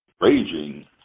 Raging